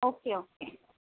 okay okay